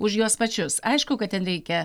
už juos pačius aišku kad ten reikia